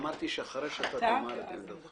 אמרתי שאחרי שאתה תאמר את עמדתך.